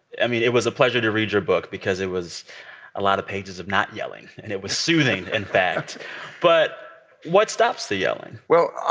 i mean, it was a pleasure to read your book because it was a lot of pages of not yelling. and it was soothing in fact but what stops the yelling? well,